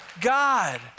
God